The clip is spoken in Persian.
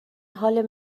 حال